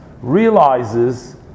realizes